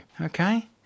Okay